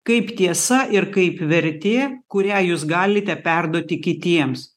kaip tiesa ir kaip vertė kurią jūs galite perduoti kitiems